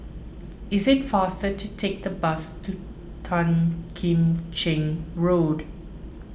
it is faster to take the bus to Tan Kim Cheng Road